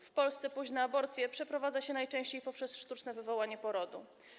W Polsce późne aborcje przeprowadza się najczęściej poprzez sztuczne wywołanie porodu.